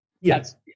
Yes